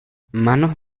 manos